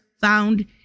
found